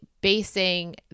basing